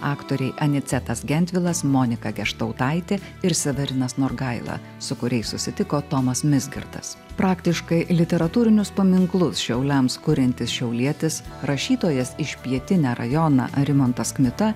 aktoriai anicetas gendvilas monika geštautaitė ir severinas norgaila su kuriais susitiko tomas mizgartas praktiškai literatūrinius paminklus šiauliams kuriantis šiaulietis rašytojas iš pietinia rajona rimantas kmita